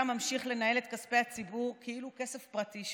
ממשיך לנהל את כספי הציבור כאילו זה כסף פרטי שלו.